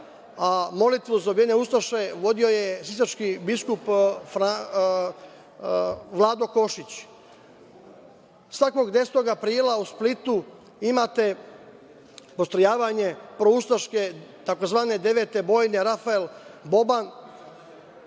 a molitvu za ubijene ustaše vodio je sisački biskup Vlado Košić. Svakog 10. aprila u Splitu imate postrojavanje proustaške tzv. Devete bojne, Rafael Boban